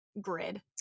grid